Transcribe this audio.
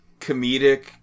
comedic